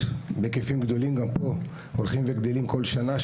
בהיקפים גדולים וגם פה הולכים וגדלים כל שנה.